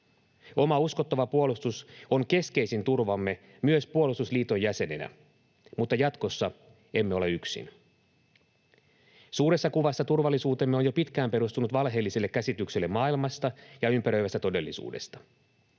Oma uskottava puolustus on keskeisin turvamme myös puolustusliiton jäsenenä, mutta jatkossa emme ole yksin. Suuressa kuvassa turvallisuutemme on jo pitkään perustunut valheelliselle käsitykselle maailmasta ja ympäröivästä todellisuudesta.